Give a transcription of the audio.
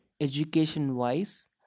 education-wise